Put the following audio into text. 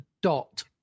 dot